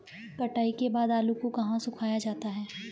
कटाई के बाद आलू को कहाँ सुखाया जाता है?